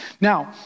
Now